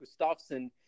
Gustafsson